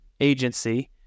agency